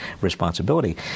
responsibility